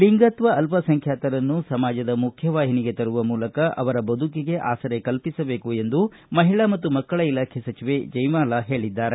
ಲಿಂಗತ್ವ ಅಲ್ಪಸಂಖ್ಕಾತರನ್ನು ಸಮಾಜದ ಮುಖ್ಕವಾಹಿನಿಗೆ ತರುವ ಮೂಲಕ ಅವರ ಬದುಕಿಗೆ ಆಸರೆ ಕಲ್ಪಿಸಬೇಕು ಎಂದು ಮಹಿಳಾ ಮತ್ತು ಮಕ್ಕಳ ಇಲಾಖೆ ಸಚಿವೆ ಜಯಮಾಲಾ ಹೇಳಿದ್ದಾರೆ